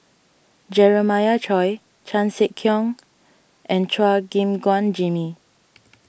Jeremiah Choy Chan Sek Keong and Chua Gim Guan Jimmy